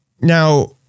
Now